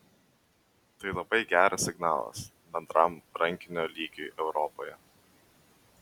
tai labai geras signalas bendram rankinio lygiui europoje